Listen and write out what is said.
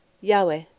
Yahweh